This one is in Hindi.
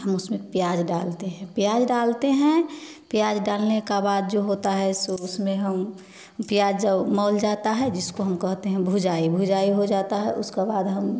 हम उसमें प्याज डालते है प्याज डालते हैं प्याज डालने का बाद जो होता है सो उसमें हम प्याज औ मोल जाता है जिसको हम कहते हैं भूजाई भूजाई हो जाता है उसका बाद हम